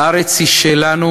הארץ היא שלנו,